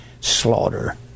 slaughter